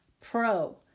pro